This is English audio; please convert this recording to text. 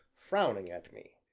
frowning at me.